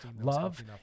Love